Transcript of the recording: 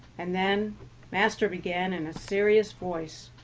and then master began in a serious voice.